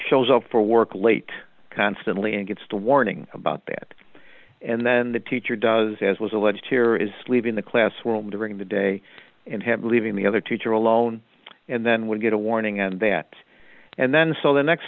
shows up for work late constantly and gets the warning about that and then the teacher does as was alleged here is leaving the class world during the day and have leaving the other teacher alone and then we'll get a warning on that and then so the next